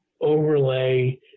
overlay